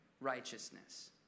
righteousness